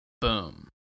Boom